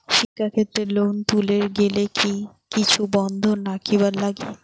শিক্ষাক্ষেত্রে লোন তুলির গেলে কি কিছু বন্ধক রাখিবার লাগে?